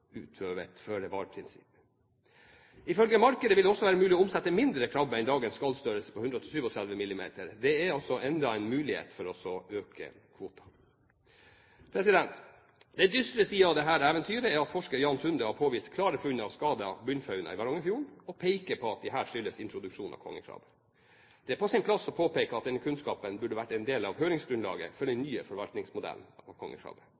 Ifølge markedet vil det også være mulig å omsette mindre krabbe enn dagens skallstørrelse på 137 mm. Det gir oss enda en mulighet for å øke kvoten. Den dystre siden av dette eventyret er at forsker Jan Sundet har påvist klare funn av skadet bunnfauna i Varangerfjorden, og peker på at disse skyldes introduksjon av kongekrabbe. Det er på sin plass å påpeke at denne kunnskapen burde vært en del av høringsgrunnlaget for den